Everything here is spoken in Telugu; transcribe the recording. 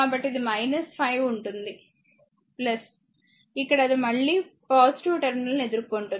కాబట్టి ఇది 5 ఉంటుంది ఇక్కడ అది మళ్ళీ టెర్మినల్ ను ఎదుర్కొంటుంది